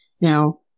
Now